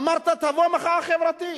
אמרת: תבוא מחאה חברתית,